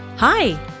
Hi